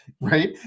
right